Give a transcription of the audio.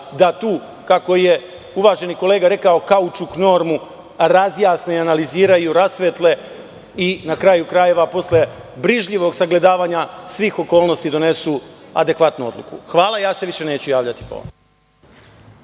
da tu, kako je uvaženi kolega rekao kaučuk normu, razjasne i analiziraju, rasvetle, i na kraju krajeva, posle brižljivog sagledavanja svih okolnosti donesu adekvatnu odluku. Hvala, više se neću javljati.